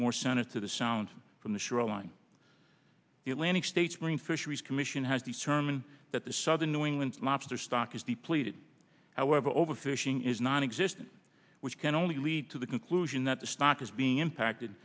more centered to the sound from the shoreline the atlantic states marine fisheries commission has determined that the southern new england lobster stock is depleted however overfishing is nonexistent which can only lead to the conclusion that the stock is being impacted